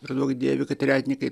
ir duok dieve kad tretinikai